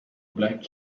black